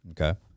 Okay